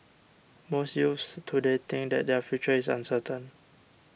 most youths today think that their future is uncertain